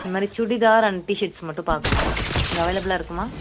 இது மாதிரி churidar and T-shirts மட்டும் பார்க்கணும் இங்கே அவைலபிளாக இருக்குமா